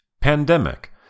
Pandemic